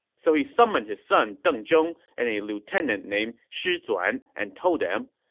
so he summoned his son deng zhong and a lieutenant named shi zuan and told them,